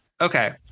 okay